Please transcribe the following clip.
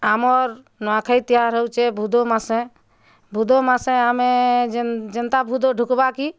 ଆମର୍ ନୂଆଁଖାଇ ତିହାର୍ ହେଉଛେଁ ବୁଧମାସେ ବୁଧମାସେ ଆମେ ଜେନ୍ ଯେନ୍ତା ଭୂତ ଢ଼ୁକବା କି